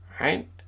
right